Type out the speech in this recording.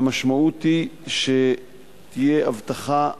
המשמעות היא שתהיה אבטחה,